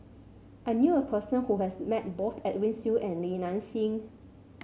I knew a person who has met both Edwin Siew and Li Nanxing